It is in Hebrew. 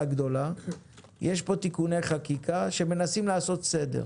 הגדולה תיקוני חקיקה שמנסים לעשות סדר.